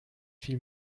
fiel